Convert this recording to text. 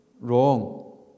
wrong